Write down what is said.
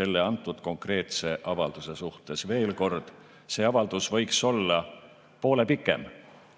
selle konkreetse avalduse suhtes. Veel kord: see avaldus võiks olla poole pikem